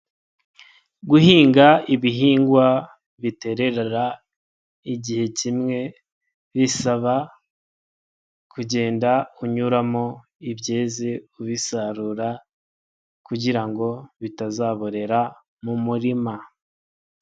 Guhinga ibihingwa biterera igihe kimwe, bisaba kugenda unyuramo ibyeze ubisarura, kugira bitazabonerera mu murima.